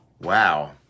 Wow